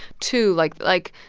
too like like,